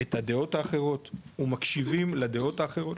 את הדעות האחרות ומקשיבים לדעות האחרות,